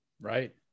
right